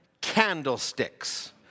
candlesticks